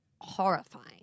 Horrifying